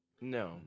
No